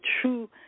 true